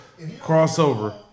crossover